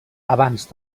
abans